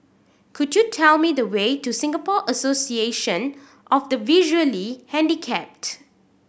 could you tell me the way to Singapore Association of the Visually Handicapped